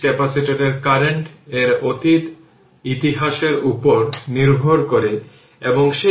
capacitor এটি জুড়ে capacitor ভোল্টেজের পরিবর্তনকে রেজিস্ট করে